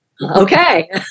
Okay